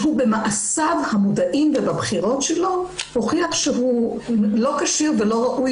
שבמעשיו ובבחירות שלו הוכיח שהוא לא כשיר ולא ראוי